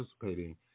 participating